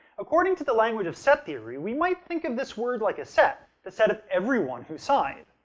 according to the language of set theory, we might think of this word like a set the set of everyone who sighed.